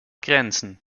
grenzen